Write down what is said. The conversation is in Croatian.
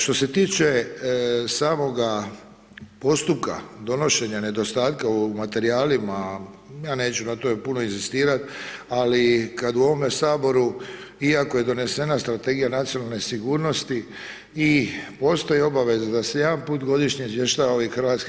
Što se tiče samoga postupka donošenja nedostatka u materijalima, ja neću na tome puno inzistirati, ali kad u ovome Saboru, iako je donesena strategija nacionalne sigurnosti i postoji obaveza da se jedanput godišnje izvještava ovaj HS.